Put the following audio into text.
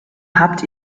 habt